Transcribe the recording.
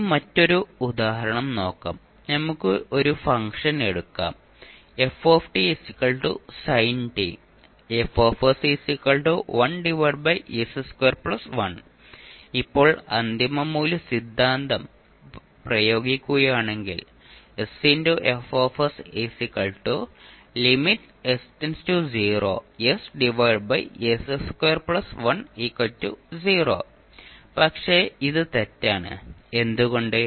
ഇനി മറ്റൊരു ഉദാഹരണം നോക്കാം നമുക്ക് ഒരു ഫംഗ്ഷൻ എടുക്കാം ഇപ്പോൾ അന്തിമ മൂല്യ സിദ്ധാന്തം പ്രയോഗിക്കുകയാണെങ്കിൽ പക്ഷെ ഇത് തെറ്റാണ് എന്തുകൊണ്ട്